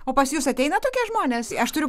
o pas jus ateina tokie žmonės aš turiu